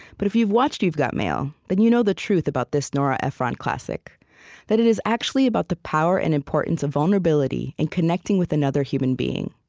but if you've watched you've got mail, then you know the truth about this nora ephron classic that it is actually about the power and importance of vulnerability in connecting with another human being,